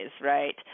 right